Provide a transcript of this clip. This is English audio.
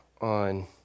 on